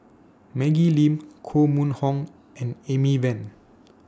Maggie Lim Koh Mun Hong and Amy Van